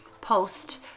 post